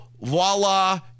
voila